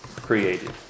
created